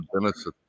Genesis